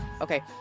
Okay